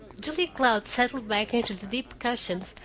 julia cloud settled back into the deep cushions,